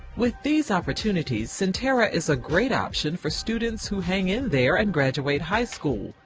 with these opportunities, sentara is a great option for students who hang in there and graduate high school.